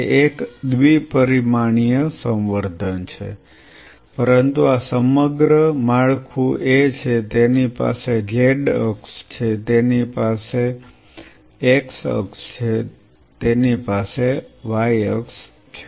તે એક દ્વિ પરિમાણીય સંવર્ધન છે પરંતુ આ સમગ્ર માળખું એ છે કે તેની પાસે z અક્ષ છે તેની પાસે z અક્ષ છે તેની પાસે X અક્ષ છે તેની પાસે Y અક્ષ પૂરતો છે